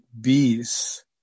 bees